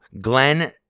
Glenn